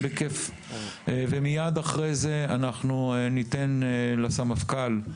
ומיד אחרי זה אנחנו ניתן לסמפכ״ל,